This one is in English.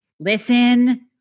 listen